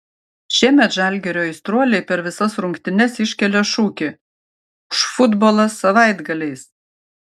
šiemet žalgirio aistruoliai per visas rungtynes iškelia šūkį už futbolą savaitgaliais